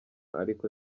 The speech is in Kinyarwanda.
ariko